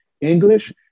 English